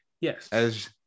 Yes